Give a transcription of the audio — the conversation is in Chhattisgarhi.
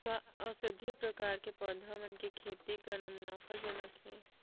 का औषधीय प्रकार के पौधा मन के खेती करना मुनाफाजनक हे?